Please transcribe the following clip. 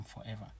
forever